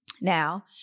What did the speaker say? Now